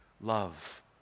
love